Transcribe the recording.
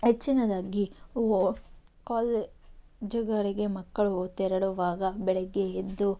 ಹೆಚ್ಚಿನದಾಗಿ ಕಾಲೇಜುಗಳಿಗೆ ಮಕ್ಕಳು ತೆರಳುವಾಗ ಬೆಳಗ್ಗೆ ಎದ್ದು